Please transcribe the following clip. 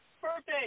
Perfect